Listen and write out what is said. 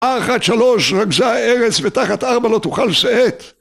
אחת, שלוש, רגזה ארץ ותחת ארבע לא תוכל שאת